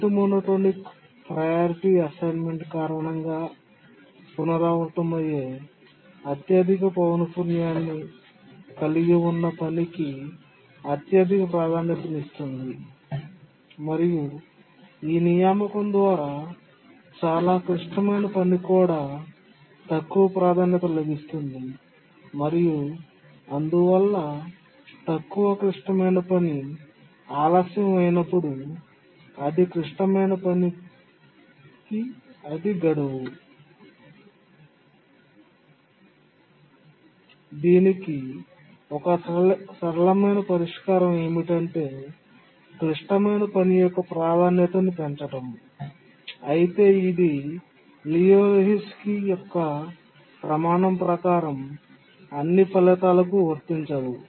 rate monotonic priority assignment కారణంగా పునరావృతమయ్యే అత్యధిక పౌనపున్యాన్ని కలిగి ఉన్న పనికి అత్యధిక ప్రాధాన్యతనిస్తుంది మరియు ఈ నియామకం ద్వారా చాలా క్లిష్టమైన పనికి కూడా తక్కువ ప్రాధాన్యత లభిస్తుంది మరియు అందువల్ల తక్కువ క్లిష్టమైన పని ఆలస్యం అయినప్పుడు అధిక క్లిష్టమైన పని అది గడువు దీనికి ఒక సరళమైన పరిష్కారం ఏమిటంటే క్లిష్టమైన పని యొక్క ప్రాధాన్యతను పెంచడం అయితే ఇది లియు లెహోజ్కీLiu Lehoczky' యొక్క ప్రమాణం ప్రకారం అన్ని ఫలితాల కు వర్తించదు